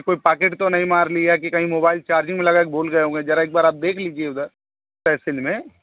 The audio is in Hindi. की कोई पाकेट तो नहीं मार लिया की कहीँ मोबाईल चार्जिंग में लगाकर भूल गए होंगे जरा एक बार आप देख लिजए उधर में